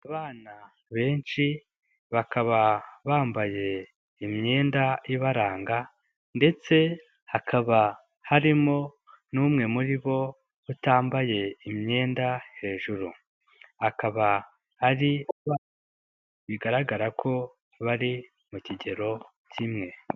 Abana benshi, bakaba bambaye imyenda ibaranga, ndetse hakaba harimo n'umwe muri bo utambaye imyenda hejuru. hakaba hari abana, bigaragara ko bari mu kigero kimwe.